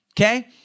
okay